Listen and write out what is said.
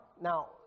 Now